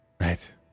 Right